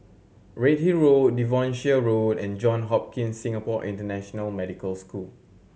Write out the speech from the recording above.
Redhill Road Devonshire Road and John Hopkins Singapore International Medical School